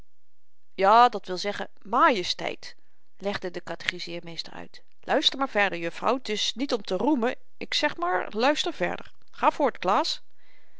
ja dat wil zeggen majesteit legde de katechiseermeester uit luister maar verder jufvrouw t is niet om te roemen ik zeg maar luister verder ga voort klaas